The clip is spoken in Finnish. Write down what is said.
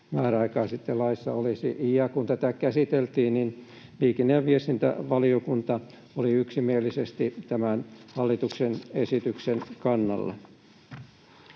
määräaikaa sitten laissa olisi. Kun tätä käsiteltiin, niin liikenne- ja viestintävaliokunta oli yksimielisesti tämän hallituksen esityksen kannalla.